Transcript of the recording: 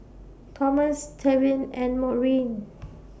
Tomas Tevin and Maurine